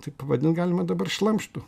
tai pavadint galima dabar šlamštu